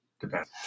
Depends